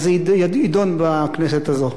אז זה יידון בכנסת הזאת.